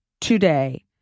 today